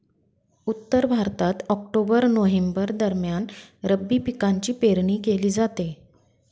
उत्तर भारतात October November दरम्यान रब्बी पिकांची पेरणी केली जाते